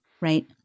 right